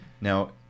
now